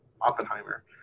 Oppenheimer